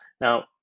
Now